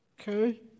Okay